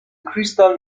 crystal